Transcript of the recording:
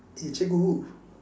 eh cikgu